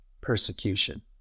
persecution